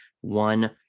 one